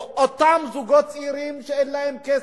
אותם זוגות צעירים שאין להם כסף,